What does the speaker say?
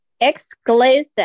Exclusive